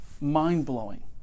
mind-blowing